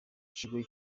kigo